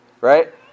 right